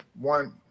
one